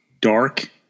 dark